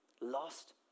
lost